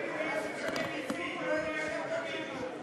שמשלמים מסים,